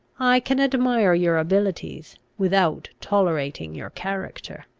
i can admire your abilities, without tolerating your character.